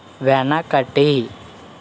వెనకటి